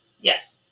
Yes